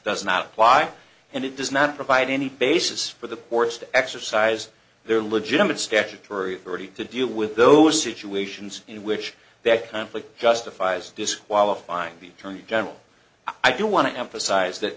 does not apply and it does not provide any basis for the courts to exercise their legitimate statutory authority to deal with those situations in which that conflict justifies disqualifying the attorney general i do want to emphasize that